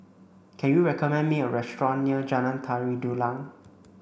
can you recommend me a restaurant near Jalan Tari Dulang